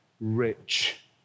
rich